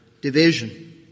division